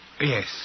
Yes